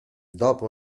dopo